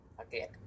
okay